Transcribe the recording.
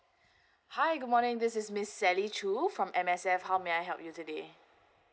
hi good morning this is miss sally choo from M_S_F how may I help you today